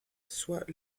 soient